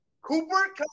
Cooper